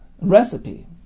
recipe